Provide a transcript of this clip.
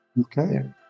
okay